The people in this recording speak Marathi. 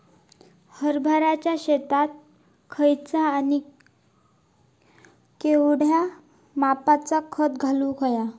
हरभराच्या शेतात खयचा आणि केवढया मापात खत घालुक व्हया?